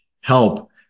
help